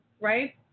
Right